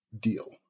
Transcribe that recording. deal